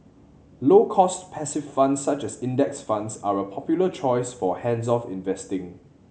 low cost passive funds such as Index Funds are a popular choice for hands off investing